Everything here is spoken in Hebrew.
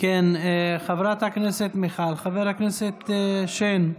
חברת הכנסת מיכל, חבר הכנסת שיין.